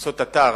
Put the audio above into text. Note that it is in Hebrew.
לבנות אתר